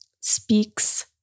speaks